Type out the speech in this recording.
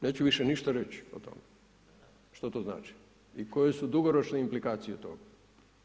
Neću više ništa reći o tome što to znači i koje su dugoročne implikacije od toga.